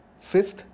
Fifth